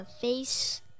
face